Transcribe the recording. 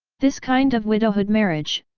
this kind of widowhood marriage,